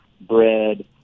bread